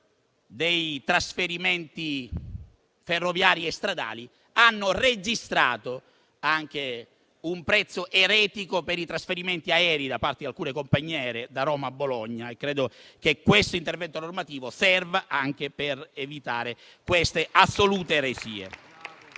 dei trasporti ferroviari e stradali, hanno registrato anche un prezzo eretico per trasferimenti aerei da parte alcune compagnie aeree nelle tratte da Roma a Bologna. Credo infatti che questo intervento normativo serva anche ad evitare queste assolute eresie.